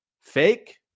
Fake